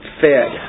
fed